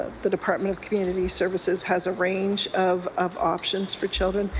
the department of community services has a range of of options for children.